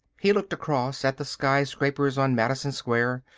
he looked across at the skyscrapers on madison square,